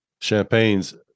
champagnes